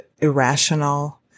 irrational